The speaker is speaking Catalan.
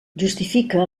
justifica